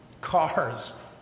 Cars